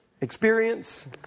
experience